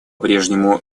прежнему